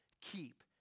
keep